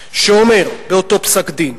שאומר באותו פסק-דין